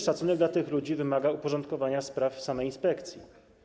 Szacunek dla tych ludzi wymaga również uporządkowania spraw w samej inspekcji.